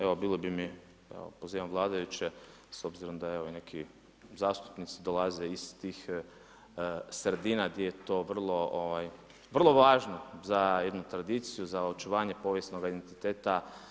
Evo bilo bi mi, pozivam vladajuće s obzirom da i neki zastupnici dolaze iz tih sredina gdje je to vrlo važno za jednu tradiciju, za očuvanje povijesnoga identiteta.